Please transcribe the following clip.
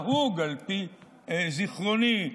על פי זיכרוני,